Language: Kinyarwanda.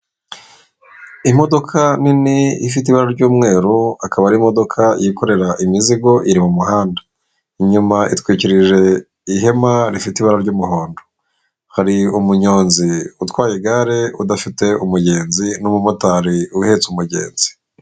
Imodoka nini ifite ibara ry'umweru akaba ari imodoka yikorera imizigo iri mu muhanda, inyuma itwikirije ihema rifite ibara ry'umuhondo, hari umunyonzi utwaye igare udafite umugenzi n'umumotari uhetse umugenzi.